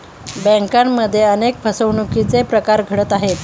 बँकांमध्येही अनेक फसवणुकीचे प्रकार घडत आहेत